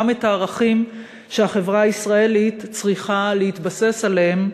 גם את הערכים שהחברה הישראלית צריכה להתבסס עליהם.